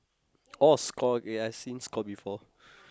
oh Score ya I seen Score before